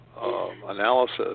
Analysis